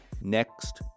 next